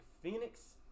Phoenix